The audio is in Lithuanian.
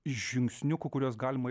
žingsniukų kuriuos galima